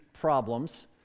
problems